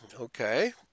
Okay